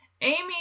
Amy